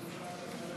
התקבלה.